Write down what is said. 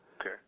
Okay